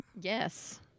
Yes